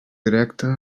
directa